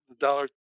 dollar